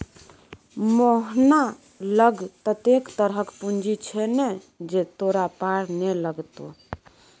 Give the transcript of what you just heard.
मोहना लग ततेक तरहक पूंजी छै ने जे तोरा पार नै लागतौ